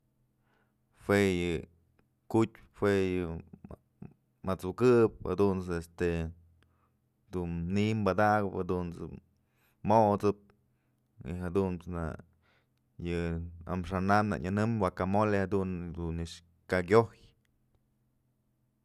Jue yë ku'utpyë jue yë at'sukëp jadunt's este dun ni'iy padakap jadunt's dun mot'sëp y jadunt's na yë amaxa'an am nak nyënëmbyë huacamole jadun nëkx kya kiojyë.